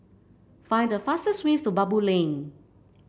find the fastest way to Baboo Lane